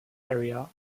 area